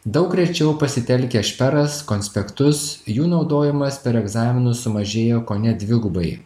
daug rečiau pasitelkia šperas konspektus jų naudojimas per egzaminus sumažėjo kone dvigubai